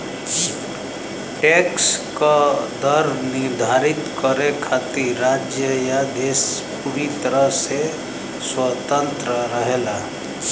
tax क दर निर्धारित करे खातिर राज्य या देश पूरी तरह से स्वतंत्र रहेला